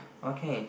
okay